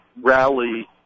rally